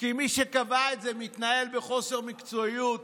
מי שקבע את זה מתנהל בחוסר מקצועיות,